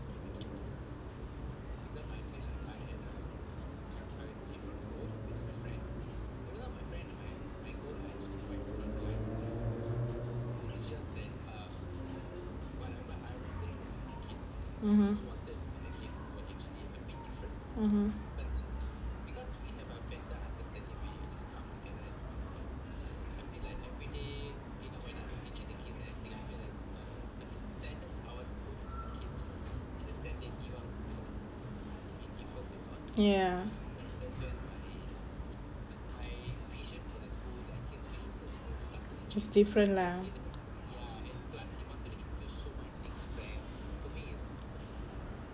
(uh huh) ya it's different lah